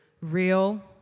real